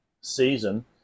season